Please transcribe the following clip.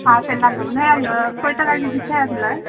apple नांगौमोनहाय आंनो खयथाखा किजि थाय आपेला